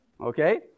Okay